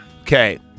Okay